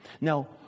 Now